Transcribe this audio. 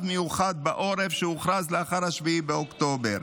מיוחד בעורף שהוכרז לאחר 7 באוקטובר,